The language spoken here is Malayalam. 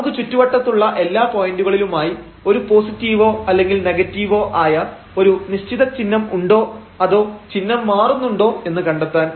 നമുക്ക് ചുറ്റുവട്ടത്തുള്ള എല്ലാ പോയന്റുകളിലുമായി ഒരു പോസിറ്റീവോ അല്ലെങ്കിൽ നെഗറ്റീവോ ആയ ഒരു നിശ്ചിത ചിഹ്നം ഉണ്ടോ അതോ ചിഹ്നം മാറുന്നുണ്ടോ എന്ന് കണ്ടെത്താൻ